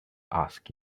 asked